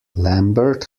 lambert